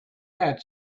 had